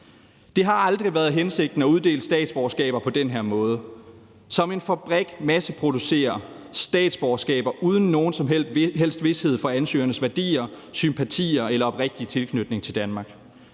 Det har aldrig været hensigten at uddele statsborgerskaber på den her måde – som en fabrik masseproducerer statsborgerskaber uden nogen som helst vished for ansøgernes værdier, sympatier eller oprigtige tilknytning til Danmark.